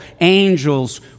angels